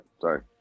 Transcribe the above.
sorry